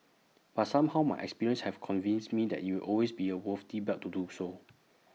but somehow my experiences have convinced me that IT will always be A worthy the bet to do so